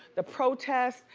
the protests.